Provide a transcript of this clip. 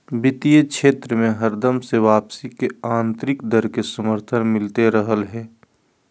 वित्तीय क्षेत्र मे हरदम से वापसी के आन्तरिक दर के समर्थन मिलते रहलय हें